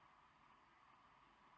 no